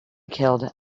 killed